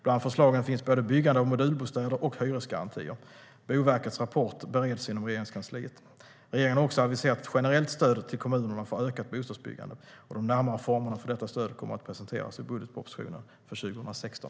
Bland förslagen finns både byggande av modulbostäder och hyresgarantier. Boverkets rapport bereds inom Regeringskansliet. Regeringen har också aviserat ett generellt stöd till kommunerna för ökat bostadsbyggande. De närmare formerna för detta stöd kommer att presenteras i budgetpropositionen för 2016.